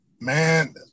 Man